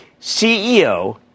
CEO